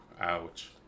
Ouch